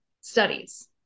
studies